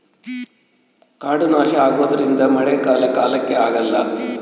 ಕಾಡು ನಾಶ ಆಗೋದ್ರಿಂದ ಮಳೆ ಕಾಲ ಕಾಲಕ್ಕೆ ಆಗಲ್ಲ